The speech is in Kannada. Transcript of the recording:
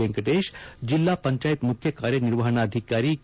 ವೆಂಕಟೇಶ್ ಜಿಲ್ಲಾಪಂಚಾಯತ್ ಮುಖ್ಯ ಕಾರ್ಯನಿರ್ವಹಣಾಧಿಕಾರಿ ಕೆ